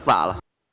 Hvala.